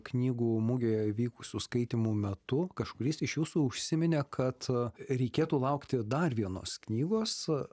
knygų mugėje vykusių skaitymų metu kažkuris iš jūsų užsiminė kad reikėtų laukti dar vienos knygos